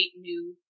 new